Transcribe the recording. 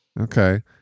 Okay